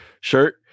shirt